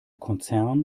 konzern